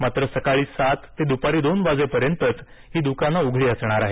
मात्र सकाळी सात ते दुपारी दोन वाजेपर्यंतच ही दुकानं उघडी असणार आहेत